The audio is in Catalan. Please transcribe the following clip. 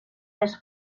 més